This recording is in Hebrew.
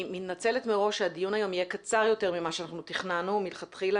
אני מתנצלת מראש שהדיון היום יהיה קצר יותר ממה שאנחנו תכננו מלכתחילה,